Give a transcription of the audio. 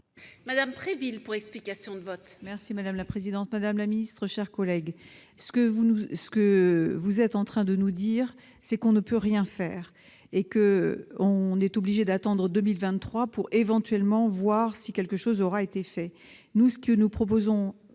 Angèle Préville, pour explication de vote.